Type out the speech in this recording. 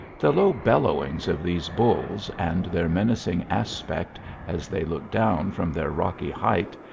the low bellowings of these bulls, and their menacing aspect as they look down from their rocky height,